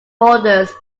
borders